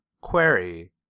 query